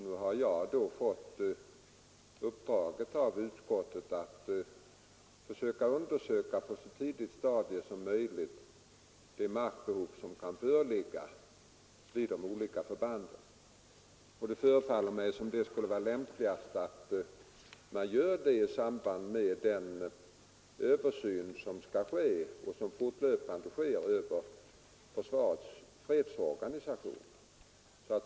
Nu har jag fått i uppdrag av utskottet att försöka att på ett så tidigt stadium som möjligt undersöka det markbehov som kan föreligga vid de olika förbanden. Det förefaller mig som om det skulle vara lämpligast att man gör detta i samband med den översyn av försvarets fredsorganisation som skall ske — och som fortlöpande sker.